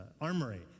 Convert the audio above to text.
armory